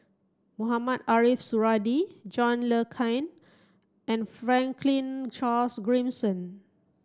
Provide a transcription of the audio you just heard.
Mohamed Ariff Suradi John Le Cain and Franklin Charles Gimson